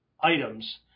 items